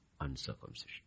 uncircumcision